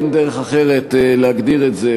אין דרך אחרת להגדיר את זה,